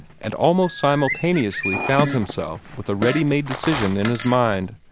and almost simultaneously found himself with a ready-made decision in his mind.